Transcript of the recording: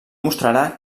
mostrarà